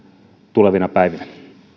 tulevina päivinä